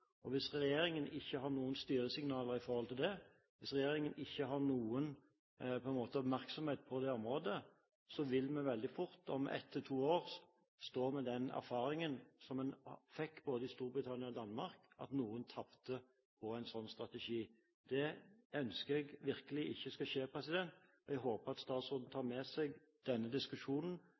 hverdagen. Hvis regjeringen ikke har noen styringssignaler i forhold til det, hvis regjeringen ikke har noe oppmerksomhet på det området, vil vi veldig fort, om ett til to år, stå med den erfaringen som en fikk både i Storbritannia og Danmark, at noen tapte på en sånn strategi. Det ønsker jeg virkelig ikke skal skje, og jeg håper at statsråden tar med seg denne diskusjonen,